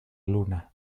luna